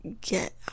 get